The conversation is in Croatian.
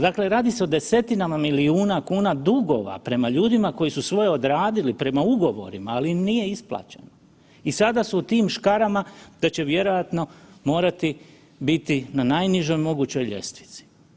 Dakle, radi se o desetinama milijuna kuna dugova prema ljudima koji su svoje odradili prema ugovorima, ali im nije isplaćeno i sada su u tim škarama da će vjerojatno morati biti na najnižoj mogućoj ljestvici.